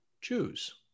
choose